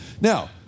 Now